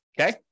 Okay